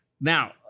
Now